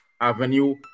avenue